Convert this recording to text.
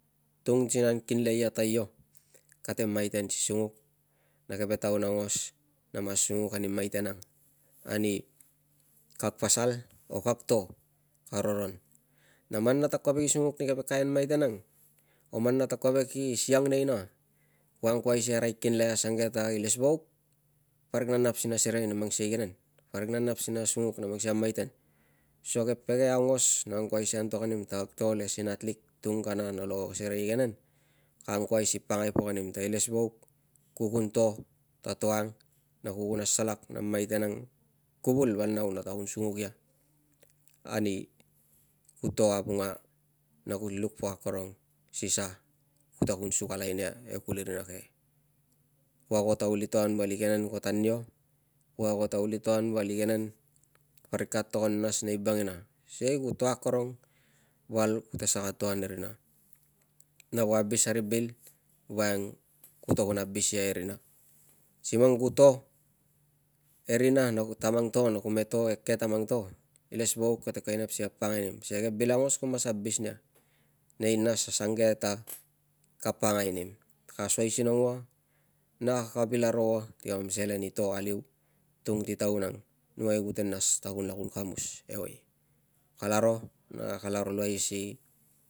Tung si nan kinlei ia ta io kate maiten si sunguk na keve taun aungos na mas sunguk ani maiten ang ani kag pasal or kag to ka roron. Na man nata kovek i sunguk ni keve kain maiten ang o man nata kovek i siang neina ku angkuai si arai kinle asange ta ilesvauk parik na angkuai si serei mang sikei a igenen, parik na nap si na sunguk na mang sikei na maiten so kag pege aungos no angkuai si antok anim ta kag to le si kag natlik tung si kana nolo serei igenen ka angkuai si pakangai pok anim ta ilesvauk ku kun to ta to ang na ku kun asalak a maiten ang kuvul val nau nata kun sunguk ia ani ku to avunga na ku luk pok akorong si sa kuta kun sukalai nia e kuli rina ke. Ku ago ta kuli to an val igenen ko tanio, ku ago ta kuli to an val igenen parik ka togon nas nei bangina sikei ku to akorong val kuta saka to an e rina na ku abil a ri bil woiang kuta kun abis ia e rina. Si man ku to e rina ta mang to na kume to eke ta mang to ilesvauk ka kovek si ka pakangai nim sikei ke bil aungos ku mas abis ia nei nas asangeke ta ka pakangai nim na ka asoisingong ua na ka vil aro ua ti kam selen i to aliu tung ti taun ang numai ku te nas ta kuten kamus eoi. Kalaro na kalaro luai si.